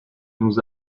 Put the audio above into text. nous